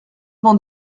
vend